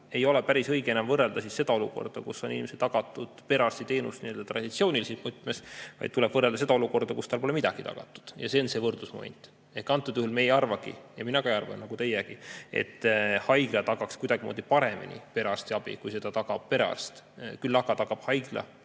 ei ole päris õige enam võrrelda selle olukorraga, kus inimesele on tagatud perearstiteenus nii-öelda traditsioonilises võtmes, vaid tuleb võrrelda selle olukorraga, kus talle pole midagi tagatud. See on see võrdlusmoment. Antud juhul me ei arva ja mina ka ei arva nagu teiegi, et haigla tagaks kuidagimoodi parema perearstiabi, kui seda tagab perearst. Küll aga tagab haigla